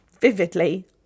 vividly